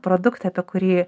produktą apie kurį